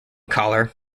collar